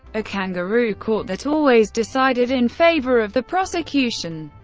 a kangaroo court that always decided in favour of the prosecution.